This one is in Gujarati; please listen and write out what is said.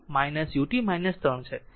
n એ ut ut 3 છે